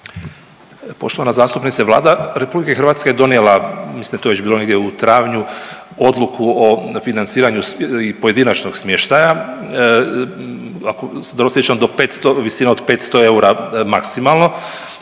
Poštovana zastupnice Vlada RH je donijela, mislim da je to već bilo negdje u travnju odluku o financiranju i pojedinačnog smještaja, ako se dobro sjećam do 500, visina od 500 eura maksimalno,